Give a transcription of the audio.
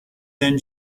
then